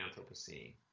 Anthropocene